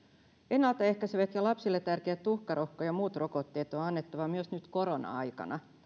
ennaltaehkäisevät ja lapsille tärkeät tuhkarokko ja muut rokotteet on on annettava myös nyt korona aikana